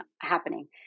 happening